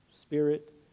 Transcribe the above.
Spirit